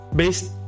based